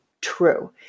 true